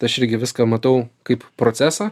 tai aš irgi viską matau kaip procesą